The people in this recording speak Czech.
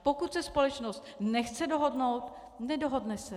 Pokud se společnost nechce dohodnout, nedohodne se.